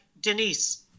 Denise